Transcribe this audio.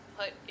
put